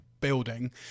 building